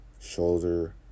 Shoulder